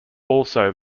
also